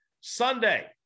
Sunday